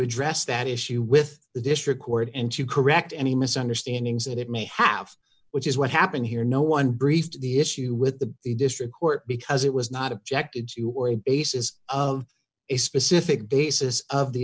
address that issue with the dish record and to correct any misunderstandings that it may have which is what happened here no one breached the issue with the district court because it was not objected to or a basis of a specific basis of the